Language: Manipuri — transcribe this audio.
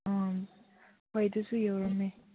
ꯑꯥ ꯍꯣꯏ ꯑꯗꯨꯁꯨ ꯌꯥꯎꯔꯝꯃꯦ